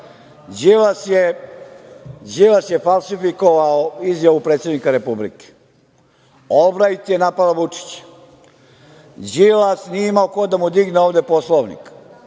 Đilas je falsifikovao izjavu predsednika Republike. Olbrajt je napala Vučića. Đilas nije imao koga da mu digne ovde Poslovnik,